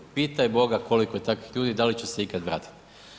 Pitaj Boga koliko je takvih ljudi i da li će se ikada vratiti.